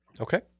Okay